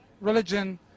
religion